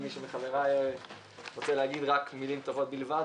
ומי מחבריי שרוצה להגיד מילים טובות בלבד,